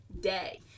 day